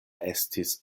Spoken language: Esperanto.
estis